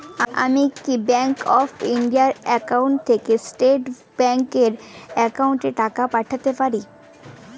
আমি কি Bank of India এর একাউন্ট থেকে স্টেট ব্যাংক এর একাউন্টে টাকা পাঠাতে পারি?